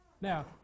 Now